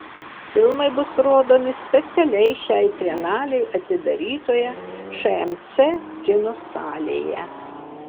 filmai bus rodomi specialiai šiai trienalei atidarytoje šmc kino salėje